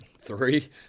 three